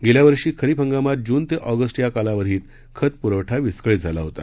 गेल्या वर्षी खरीप हंगामात जून ते ऑगस्ट या कालावधीत खत पुरवठा विस्कळीत झाला होता